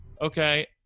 okay